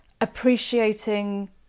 appreciating